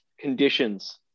conditions